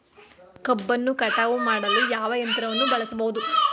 ಕಬ್ಬನ್ನು ಕಟಾವು ಮಾಡಲು ಯಾವ ಯಂತ್ರವನ್ನು ಬಳಸಬಹುದು?